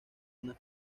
una